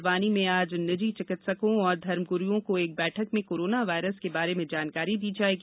बड़वानी में आज निजी चिकित्सकों और धर्मगुरूओं को एक बैठक में कोरोना वायरस के बारे में जानकारी दी जायेगी